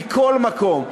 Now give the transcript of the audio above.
מכל מקום,